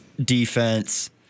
defense